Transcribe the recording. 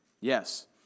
Yes